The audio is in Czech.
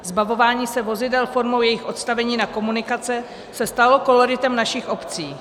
Zbavování se vozidel formou jejich odstavení na komunikace se stalo koloritem našich obcí.